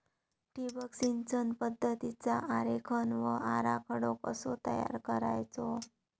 ठिबक सिंचन पद्धतीचा आरेखन व आराखडो कसो तयार करायचो?